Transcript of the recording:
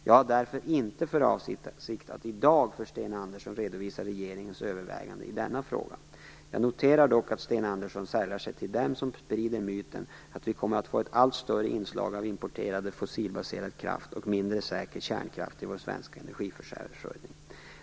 Jag har därför inte för avsikt att i dag för Sten Anderson redovisa regeringens överväganden i denna fråga. Jag noterar dock att Sten Andersson sällar sig till dem som sprider myten att vi kommer att få ett allt större inslag av importerad fossilbaserad kraft och mindre säker kärnkraft i vår svenska energiförsörjning.